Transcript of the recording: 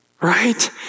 Right